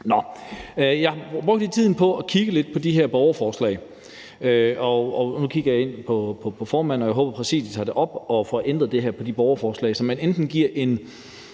Jeg brugte lige tiden på at kigge lidt på de her borgerforslag. Nu kigger jeg på formanden, og jeg håber, at man tager præcis det her op og får ændret det i forhold til borgerforslagene, så man f.eks. giver en